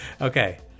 Okay